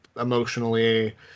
emotionally